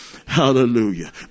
Hallelujah